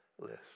list